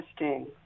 Interesting